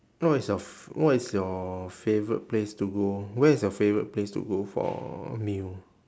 what is your f~ what is your favourite place to go where is your favourite place to go for a meal